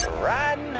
red